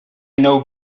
know